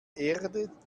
erde